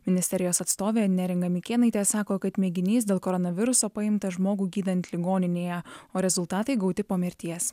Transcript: ministerijos atstovė neringa mikėnaitė sako kad mėginys dėl koronaviruso paimtas žmogų gydant ligoninėje o rezultatai gauti po mirties